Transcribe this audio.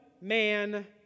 man